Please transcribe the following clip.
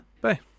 Bye